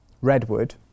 Redwood